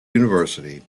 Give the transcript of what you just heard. university